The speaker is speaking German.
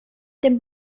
dem